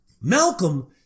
Malcolm